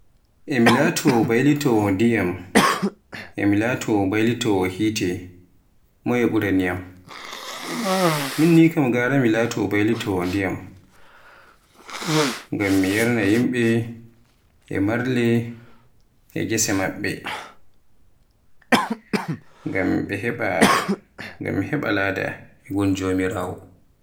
E mi laato mbaylitowo ndiyam e mi laato mbaylitowo hite moye ɓuraniyaam, min kam gara MI laato mbaylitowo ndiyam, ngam mi yarna yimɓe, e marle e gese maɓɓe, ngam mi heɓa lada e gum Jomiraawo.